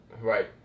Right